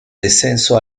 descenso